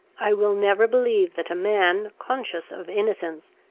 i will never believe that a man, conscious of innocence,